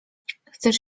chcesz